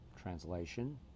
Translation